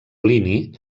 plini